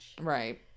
right